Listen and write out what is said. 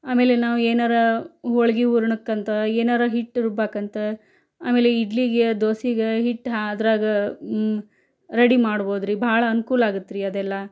ಆಮೇಲೆ ನಾವು ಏನಾರು ಹೋಳ್ಗೆ ಹೂರಣಕ್ಕಂತ ಏನಾರು ಹಿಟ್ಟು ರುಬ್ಬೋಕಂತ ಆಮೇಲೆ ಇಡ್ಲಿಗೆ ದೋಸೆಗೆ ಹಿಟ್ಟು ಹಾ ಅದ್ರಾಗೆ ರೆಡಿ ಮಾಡ್ಬೋದ್ರಿ ಬಹಳ ಅನ್ಕೂಲ ಆಗುತ್ರಿ ಅದೆಲ್ಲ